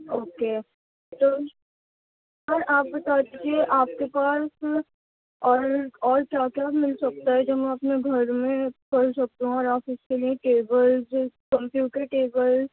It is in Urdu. اوکے تو سر آپ بتا دیجیے آپ کے پاس اور اور کیا کیا مل سکتا ہے جو ہم اپنے گھر میں سکتی ہوں اور آفس کے لیے ٹیبلز کمپیوٹر ٹیبل